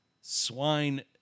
swine